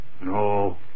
No